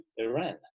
Iran